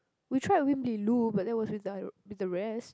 we tried Wimbley-Lu but that was with the ot~ with the rest